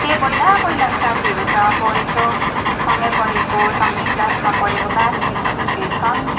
त्यही पहिला पहिलाको साथीहरू छ अब यसो सँगै पढेको सँगै क्लासमा पढेको ब्याचमेटहरू चाहिँ छन्